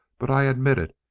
but i admit it,